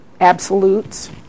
absolutes